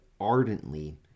ardently